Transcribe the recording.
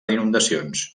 inundacions